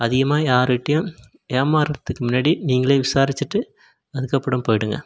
அதிகமாக யாருகிட்டேயும் ஏமாறதுக்கு முன்னாடி நீங்களே விசாரித்துட்டு அதுக்கப்பறம் போய்விடுங்க